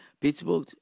Pittsburgh